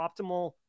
optimal